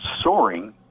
soaring